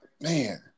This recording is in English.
man